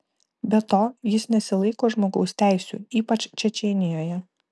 be to jis nesilaiko žmogaus teisių ypač čečėnijoje